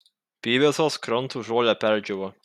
pyvesos krantų žolė perdžiūvo